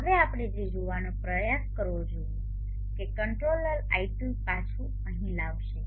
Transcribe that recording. હવે આપણે એ જોવાનો પ્રયાસ કરવો જોઈએ કે કંટ્રોલર iT પાછું અહીં લાવશે